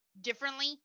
differently